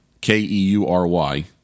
K-E-U-R-Y